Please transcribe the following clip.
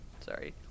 Sorry